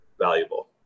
valuable